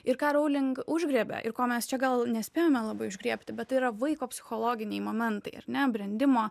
ir ką rowling užgriebia ir ko mes čia gal nespėjome labai užgriebti bet tai yra vaiko psichologiniai momentai ar ne brendimo